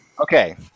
Okay